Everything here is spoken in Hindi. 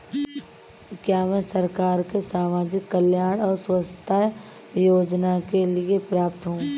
क्या मैं सरकार के सामाजिक कल्याण और स्वास्थ्य योजना के लिए पात्र हूं?